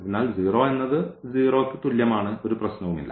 അതിനാൽ 0 എന്നത് 0 ന് തുല്യമാണ് ഒരു പ്രശ്നവുമില്ല